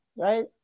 right